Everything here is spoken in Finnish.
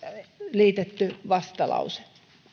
liitetty vastalause